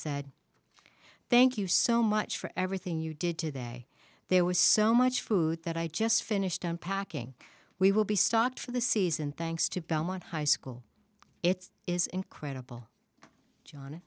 said thank you so much for everything you did today there was so much food that i just finished unpacking we will be stocked for the season thanks to belmont high school it is incredible john